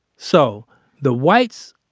so the whites.